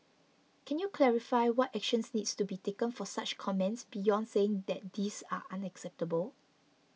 can you clarify what actions needs to be taken for such comments beyond saying that these are unacceptable